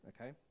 Okay